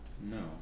No